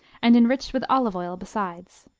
and enriched with olive oil besides.